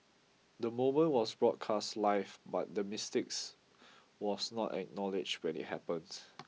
the moment was broadcast live but the mistakes was not acknowledged when it happened